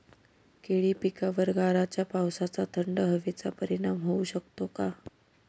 केळी पिकावर गाराच्या पावसाचा, थंड हवेचा परिणाम होऊ शकतो का?